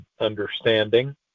understanding